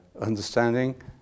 understanding